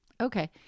Okay